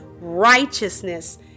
Righteousness